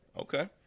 Okay